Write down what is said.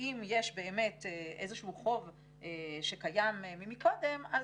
ואם יש באמת איזשהו חוב שקיים קודם לכן,